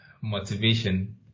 motivation